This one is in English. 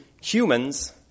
humans